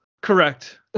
Correct